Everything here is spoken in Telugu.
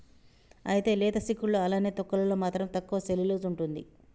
అయితే లేత సిక్కుడులో అలానే తొక్కలలో మాత్రం తక్కువ సెల్యులోస్ ఉంటుంది